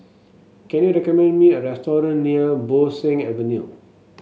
can you recommend me a restaurant near Bo Seng Avenue